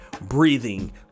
breathing